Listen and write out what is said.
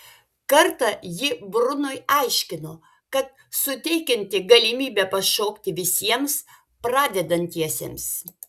kartą ji brunui aiškino kad suteikianti galimybę pašokti visiems pradedantiesiems